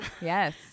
Yes